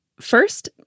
First